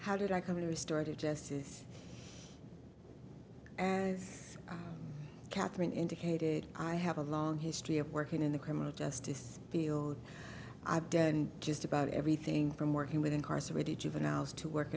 how did i can restore to jess's as catherine indicated i have a long history of working in the criminal justice field i've done just about everything from working with incarcerated juveniles to work